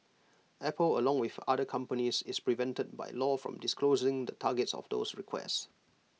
Apple along with other companies is prevented by law from disclosing the targets of those requests